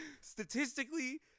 statistically